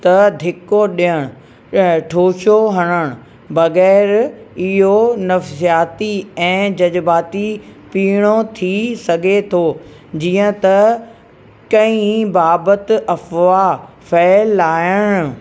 त धिक्को ॾियणु ठोशो हणणु बगैरु इहो नफ़्जाति ऐं ज़ज्बाती पीणो थी सघो थो जीअं त कइं बाबति अफ़वाह फ़ैलाइण